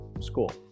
school